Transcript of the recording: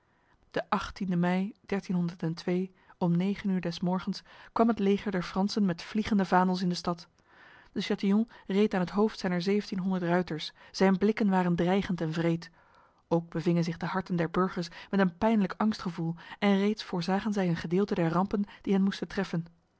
de mei om negen uur des morgens kwam het leger der fransen met vliegende vaandels in de stad de chatillon reed aan het hoofd zijner zeventienhonderd ruiters zijn blikken waren dreigend en wreed ook bevingen zich de harten der burgers met een pijnlijk angstgevoel en reeds voorzagen zij een gedeelte der rampen die hen moesten treffen